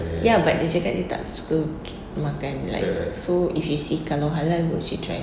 ya but dia cakap dia tak suka makan like so if she see kalau halal would she try